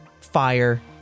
fire